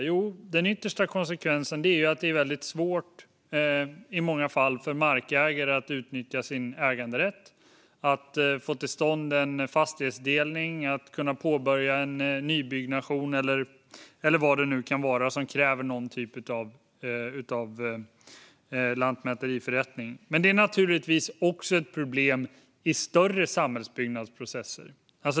Jo, den yttersta konsekvensen är att det i många fall är väldigt svårt för markägare att utnyttja sin äganderätt, att få till stånd en fastighetsdelning, att påbörja en nybyggnation eller vad det nu kan vara som kräver någon typ av lantmäteriförrättning. Men det är naturligtvis ett problem också i större samhällsbyggnadsprocesser.